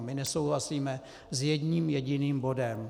My nesouhlasíme s jedním jediným bodem.